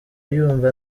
yumva